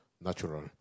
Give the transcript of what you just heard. natural